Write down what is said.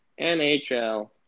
NHL